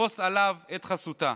לפרוש עליו את חסותה.